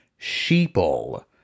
sheeple